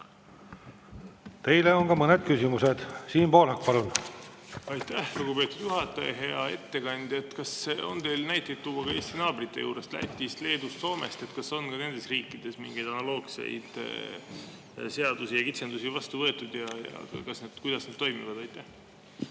Teile on ka mõned küsimused. Siim Pohlak, palun! Aitäh, lugupeetud juhataja! Hea ettekandja! Kas on teil näiteid tuua Eesti naabrite juurest, Lätist, Leedust, Soomest? Kas ka nendes riikides on mingeid analoogseid seadusi ja kitsendusi vastu võetud ja kuidas need toimivad? Aitäh,